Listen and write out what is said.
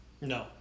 no